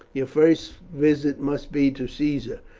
your first visit must be to caesar,